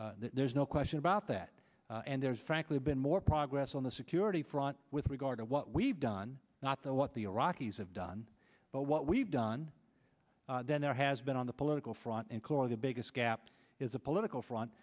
surge there's no question about that and there's frankly been more progress on the security front with regard to what we've done not that what the iraqis have done but what we've done then there has been on the political front and core the biggest gap is a political front